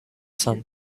sun